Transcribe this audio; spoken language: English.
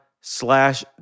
slash